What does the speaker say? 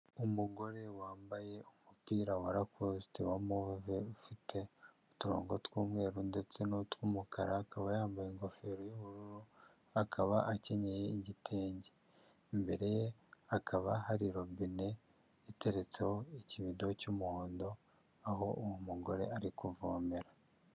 Umugore wambaye umupira wa lacosite wa move ufite uturongo tw'umweru ndetse n'utw'umukara akaba yambaye ingofero y'ubururu, akaba akenyeye igitenge, imbere ye hakaba hari robine iteretseho ikibido cy'umuhondo, aho uwo mugore ari kuvomera.